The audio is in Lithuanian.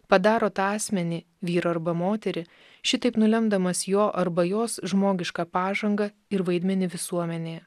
padaro tą asmenį vyrą arba moterį šitaip nulemdamas jo arba jos žmogišką pažangą ir vaidmenį visuomenėje